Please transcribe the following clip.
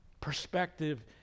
perspective